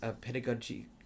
pedagogy